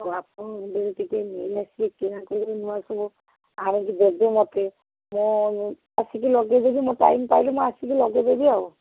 ଆଉ ଆପଣ ଯଦି ଟିକେ ନେଇ ଆସିବେ କିଣା କିଣି ନୂଆ ସବୁ ଆଣିକି ଦେବେ ମତେ ମୁଁ ଆସିକି ଲଗେଇଦେବି ମୋ ଟାଇମ୍ ପାଇଲେ ମୁଁ ଆସିକି ଲଗେଇଦେବି ଆଉ